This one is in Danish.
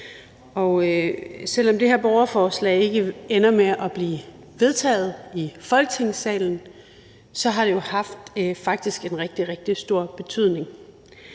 selv om det her borgerforslag ikke ender med at blive vedtaget i Folketingssalen, har det jo faktisk haft en rigtig, rigtig stor betydning,